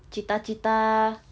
cita-cita